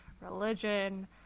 religion